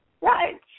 Right